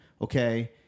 okay